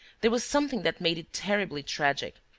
there was something that made it terribly tragic,